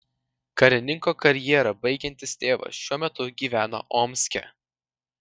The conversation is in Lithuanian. karininko karjerą baigiantis tėvas šiuo metu gyvena omske